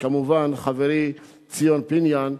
כמובן חברי ציון פיניאן,